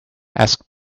asked